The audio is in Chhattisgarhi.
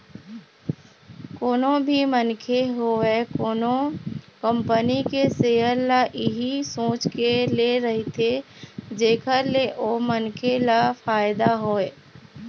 कोनो भी मनखे होवय कोनो कंपनी के सेयर ल इही सोच के ले रहिथे जेखर ले ओ मनखे ल फायदा होवय